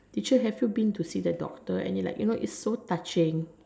teacher have you been to see the doctor and you know like it's so touching